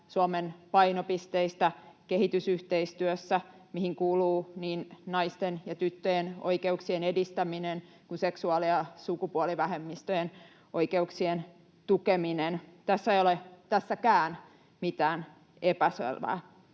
Suomen painopisteistä kehitysyhteistyössä, mihin kuuluu niin naisten ja tyttöjen oikeuksien edistäminen kuin seksuaali- ja sukupuolivähemmistöjen oikeuksien tukeminen. Tässä ei ole, tässäkään, mitään epäselvää.